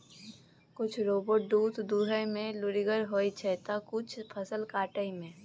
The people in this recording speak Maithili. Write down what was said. किछ रोबोट दुध दुहय मे लुरिगर होइ छै त किछ फसल काटय मे